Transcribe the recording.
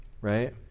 right